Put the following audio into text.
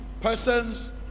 persons